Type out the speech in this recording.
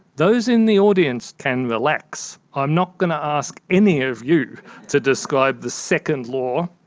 those in the audience can relax, i'm not going to ask any of you to describe the second law.